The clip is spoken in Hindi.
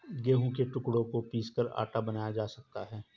गेहूं के टुकड़ों को पीसकर आटा बनाया जा सकता है